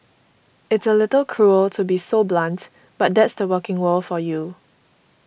it's a little cruel to be so blunt but that's the working world for you